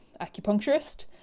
acupuncturist